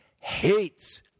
Hates